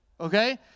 Okay